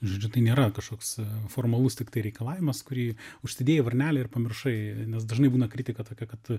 žodžiu tai nėra kažkoks formalus tiktai reikalavimas kurį užsidėjai varnelę ir pamiršai nes dažnai būna kritika tokia kad